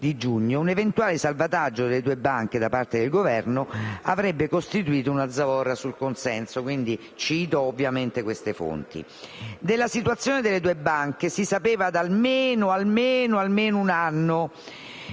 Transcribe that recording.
un eventuale salvataggio delle due banche da parte del Governo avrebbe costituito una zavorra sul consenso.